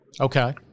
okay